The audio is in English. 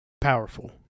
powerful